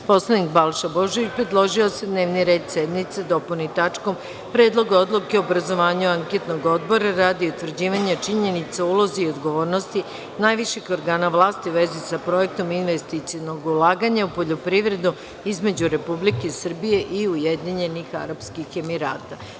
Narodni poslanik Balša Božović je predložio da se dnevni red sednice dopuni tačkom – Predlog odluke o obrazovanju Anketnog odbora, radi utvrđivanja činjenica o ulozi i odgovornosti najviših organa vlasti u vezi sa projektom investicionog ulaganja u poljoprivredu, između Republike Srbije i Ujedinjenih Arapskih Emirata.